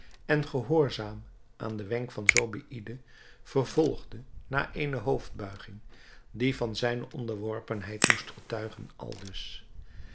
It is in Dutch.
en gehoorzaam aan den wenk van zobeïde vervolgde na eene hoofdbuiging die van zijne onderworpenheid moest getuigen aldus